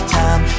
time